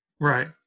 Right